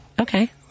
Okay